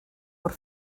por